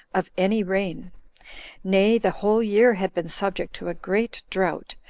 of any rain nay, the whole year had been subject to a great drought,